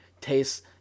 tastes